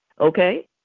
okay